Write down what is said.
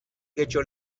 getxo